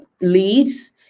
leads